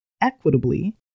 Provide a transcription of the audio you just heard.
equitably